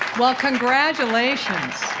well congratulations.